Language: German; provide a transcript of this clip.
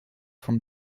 vom